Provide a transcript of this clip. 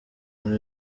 nkuru